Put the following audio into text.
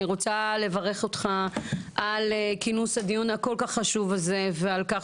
אני רוצה לברך אותך על כינוס הדיון הכול כך חשוב הזה ועל כך